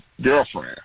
girlfriend